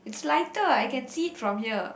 is lighter I can see it from here